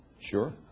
Sure